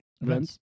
events